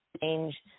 change